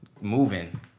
moving